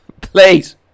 Please